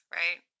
right